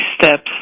steps